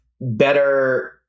better